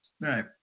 Right